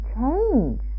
change